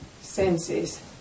senses